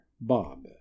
BOB